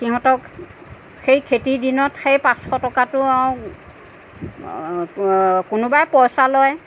সিহঁতক সেই খেতিৰ দিনত সেই পাঁচশ টকাটো আও কোনোবাই পইচা লয়